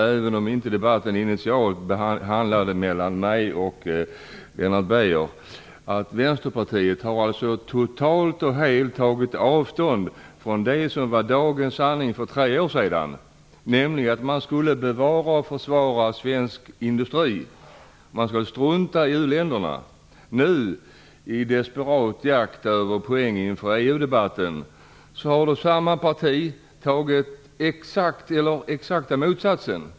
Även om den här debatten initialt inte var mellan mig och Lennart Beijer har vi nu kunnat konstatera att Vänsterpartiet totalt har tagit avstånd från det som var dagens sanning för tre år sedan, nämligen att svensk industri skulle bevaras och försvaras och att man skulle strunta i u-länderna. I sin desperata jakt på poäng i EU-debatten har nu samma parti framfört exakt raka motsatsen.